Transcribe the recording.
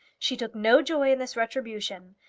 she took no joy in this retribution.